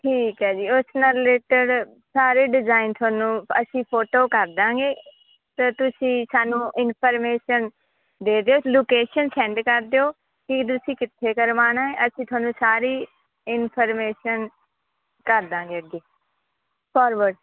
ਠੀਕ ਹੈ ਜੀ ਉਸ ਨਾਲ ਰਿਲੈਟੇਡ ਸਾਰੇ ਡਿਜ਼ਾਇਨ ਤੁਹਾਨੂੰ ਅਸੀਂ ਫੋਟੋ ਕਰ ਦੇਵਾਂਗੇ ਅਤੇ ਤੁਸੀਂ ਸਾਨੂੰ ਇਨਫੋਰਮੇਸ਼ਨ ਦੇ ਦਿਓ ਲੋਕੇਸ਼ਨ ਸੈਂਡ ਕਰ ਦਿਓ ਕਿ ਤੁਸੀਂ ਕਿੱਥੇ ਕਰਵਾਉਣਾ ਅਸੀਂ ਤੁਹਾਨੂੰ ਸਾਰੀ ਇਨਫਰਮੇਸ਼ਨ ਕਰ ਦੇਵਾਂਗੇ ਅੱਗੇ ਫਾਰਵਰਡ